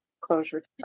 closure